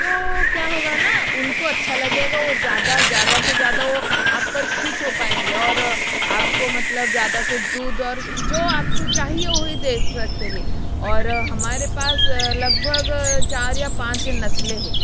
तो क्या होगा न उनको अच्छा लगेगा ओर ज़्यादा ज़्यादा से ज़्यादा वह आप पर खुश हो पाएंगे और आपको मतलब ज़्यादा से दूध और जो आपको चाहिए वही दे सकते हैं और हमारे पास लगभग चार या पाँच नस्लें हैं